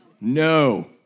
No